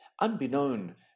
Unbeknown